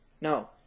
No